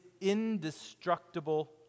indestructible